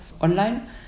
online